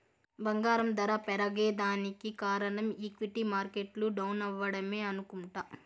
బంగారం దర పెరగేదానికి కారనం ఈక్విటీ మార్కెట్లు డౌనవ్వడమే అనుకుంట